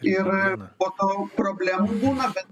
ir po to problemų būna bet